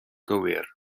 gywir